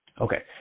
Okay